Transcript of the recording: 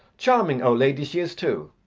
charming old lady she is, too.